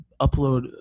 upload